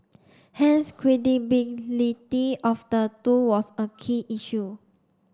hence credibility of the two was a key issue